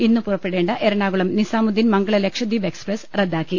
ഇന്ന് പുറപ്പെടേണ്ട എറണാകുളം നിസാമുദ്ദീൻ മംഗള ലക്ഷദ്വീപ് എക്സ്പ്രസ് റദ്ദാക്കി